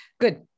Good